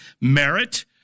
merit